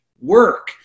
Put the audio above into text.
work